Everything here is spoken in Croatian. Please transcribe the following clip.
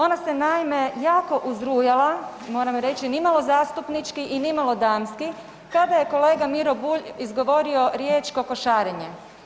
Ona se naime jako uzrujala moram reći, ni malo zastupnički i ni malo damski kada je kolega Miro Bulj izgovorio riječ „kokošarenje“